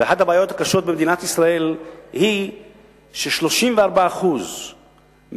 ואחת הבעיות הקשות במדינת ישראל היא ש-34% מהאנשים